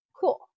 cool